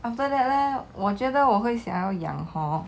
after that lah 我觉得我会想要养 hor